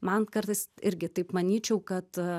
man kartais irgi taip manyčiau kad